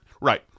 right